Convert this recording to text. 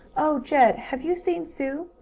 oh, jed, have you seen sue?